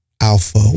alpha